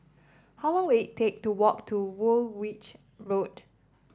how long will it take to walk to Woolwich Road